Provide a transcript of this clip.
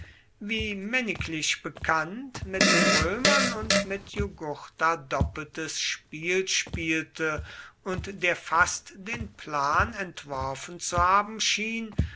wie männiglich bekannt mit den römern und mit jugurtha doppeltes spiel spielte und der fast den plan entworfen zu haben schien